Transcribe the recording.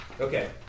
Okay